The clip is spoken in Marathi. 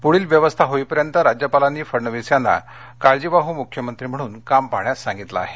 पुढील व्यवस्था होईपर्यंत राज्यपालांनी फडणवीस यांना काळजीवाह् मुख्यमंत्री म्हणून काम पाहण्यास सांगितलं आहे